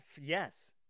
Yes